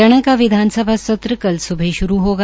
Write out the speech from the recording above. हरियाणा का विधानसभा सत्र कल सुबह शुरू होगा